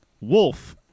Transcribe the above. Wolf